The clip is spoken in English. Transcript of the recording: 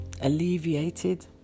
alleviated